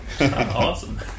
Awesome